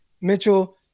Mitchell